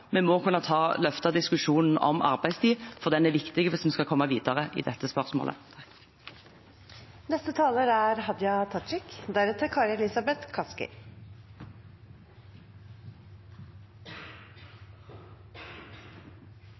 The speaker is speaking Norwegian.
Vi må kunne løfte diskusjonen om arbeidstid, for den er viktig hvis vi skal komme videre i dette spørsmålet.